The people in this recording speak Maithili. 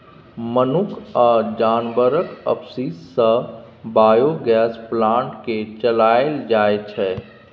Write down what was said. मनुख आ जानबरक अपशिष्ट सँ बायोगैस प्लांट केँ चलाएल जाइ छै